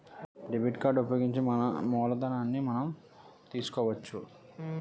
debit card ఉపయోగించి మూలధనాన్ని మనం తీసుకోవచ్చు